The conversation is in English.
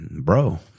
bro